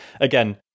again